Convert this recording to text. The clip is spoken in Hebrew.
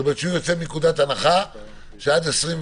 כלומר הוא יוצא מנקודת הנחה שעד 2022